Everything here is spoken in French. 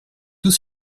tout